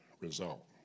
result